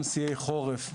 גם שיאי חורף,